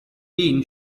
been